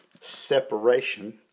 separation